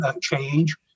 change